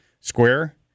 square